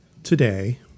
today